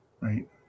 Right